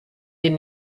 den